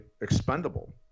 expendable